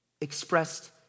expressed